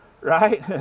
right